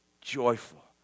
joyful